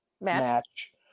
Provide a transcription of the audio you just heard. match